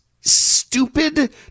stupid